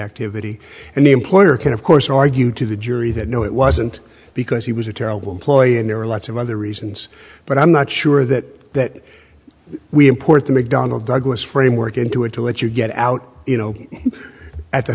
activity and the employer can of course argue to the jury that no it wasn't because he was a terrible employee and there are lots of other reasons but i'm not sure that we import the mcdonnell douglas framework into it to let you get out you know at the